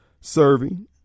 serving